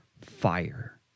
fire